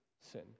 sin